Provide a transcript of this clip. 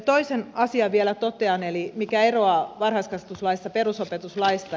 toisen asian vielä totean mikä eroaa varhaiskasvatuslaissa perusopetuslaista